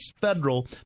federal